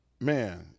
Man